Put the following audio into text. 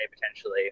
potentially